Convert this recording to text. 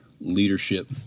leadership